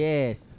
Yes